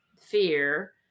fear